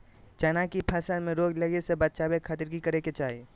चना की फसल में रोग लगे से बचावे खातिर की करे के चाही?